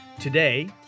Today